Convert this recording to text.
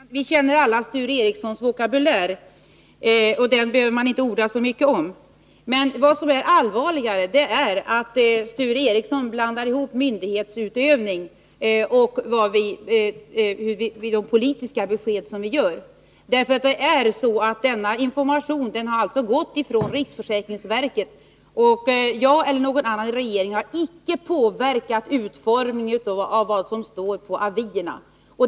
Herr talman! Vi känner alla till Sture Ericsons vokabulär. Den behöver man inte orda så mycket om. Vad som är allvarligare är emellertid att Sture Ericson blandar ihop myndighetsutövning och politiska besked som ges. Denna information har alltså gått ut från riksförsäkringsverket. Varken jag eller någon annan i regeringen har påverkat utformningen av texten på avierna.